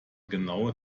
genaue